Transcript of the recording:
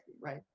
right